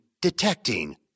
detecting